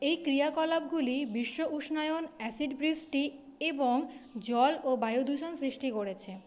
এই ক্রিয়াকলাপগুলি বিশ্ব উষ্ণায়ন অ্যাসিড বৃষ্টি এবং জল ও বায়ুদূষণ সৃষ্টি করেছে